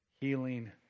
healing